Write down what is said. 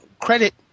credit